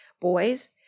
boys